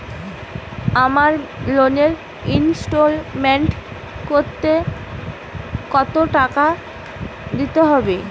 আমার লোনের ইনস্টলমেন্টৈ কত টাকা দিতে হবে?